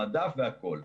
המדף וכולי.